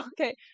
okay